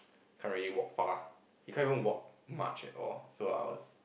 can't really walk far he can't even walk much at all so I was